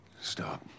Stop